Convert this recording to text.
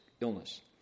illness